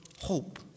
hope